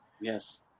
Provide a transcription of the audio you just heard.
Yes